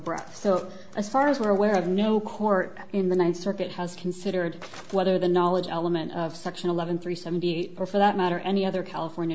breath so as far as we're aware of no court in the ninth circuit has considered whether the knowledge element of section eleven three seventy or for that matter any other california